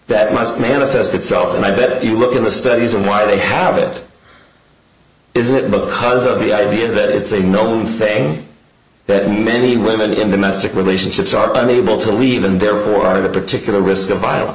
must manifest itself and i bet you look at the studies on why they have it is it because of the idea that it's a known thing that many women in domestic relationships are unable to leave and therefore are the particular risk of vio